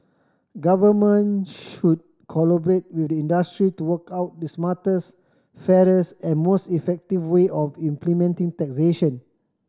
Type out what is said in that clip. government should collaborate with the industry to work out the smartest fairest and most effective way of implementing taxation